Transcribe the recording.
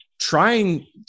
trying